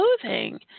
clothing